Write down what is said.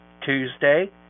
Tuesday